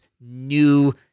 new